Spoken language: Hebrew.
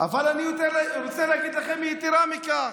אבל אני רוצה להגיד לכם יתרה מכך: